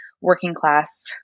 working-class